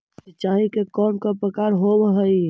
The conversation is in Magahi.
सिंचाई के कौन कौन प्रकार होव हइ?